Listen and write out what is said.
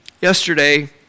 yesterday